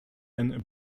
and